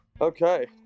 Okay